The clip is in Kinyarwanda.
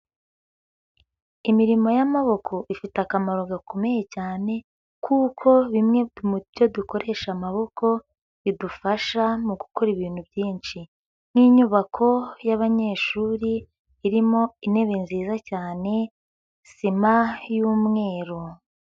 Imirimo y'amaboko ifite akamaro gakomeye cyane kuko bimwe mu byo dukoresha amaboko bidufasha mu gukora ibintu byinshi, nk'inyubako y'abanyeshuri irimo intebe nziza cyane, sima y'umweru.